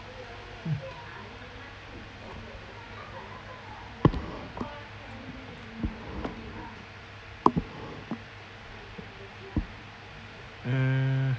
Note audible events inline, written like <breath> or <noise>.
<breath> <noise> hmm